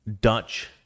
Dutch